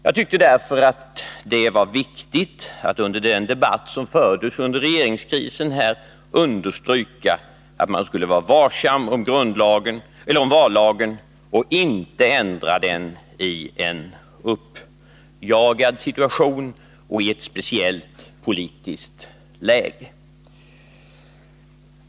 Jag tyckte därför att det var viktigt att efter den debatt som fördes under regeringskrisen här understryka att man skulle vara varsam om vallagen och inte ändra den i en uppjagad situation och i ett speciellt politiskt läge.